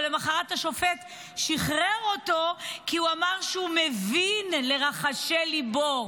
ולמוחרת השופט שחרר אותו כי הוא אמר שהוא מבין לרחשי ליבו.